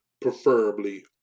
preferably